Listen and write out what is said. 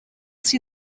see